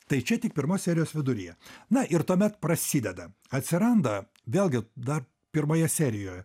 tai čia tik pirmos serijos viduryje na ir tuomet prasideda atsiranda vėlgi dar pirmoje serijoje